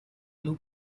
blue